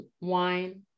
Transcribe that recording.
wine